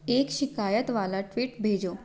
एक शिकायत वाला ट्वीट भेजो